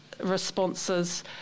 responses